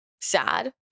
sad